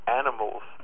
animals